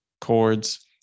chords